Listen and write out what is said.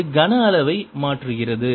இது கன அளவை மாற்றுகிறது